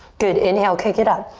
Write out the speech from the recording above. good, inhale, kick it up.